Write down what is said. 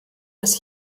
dass